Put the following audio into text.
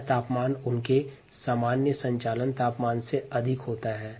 यह तापमान उनके सामान्य संचालन तापमान से अधिक होता है